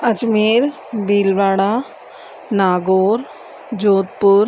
Ajmer Bhilwara Nagaur Jodhpur